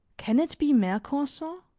can it be mercanson?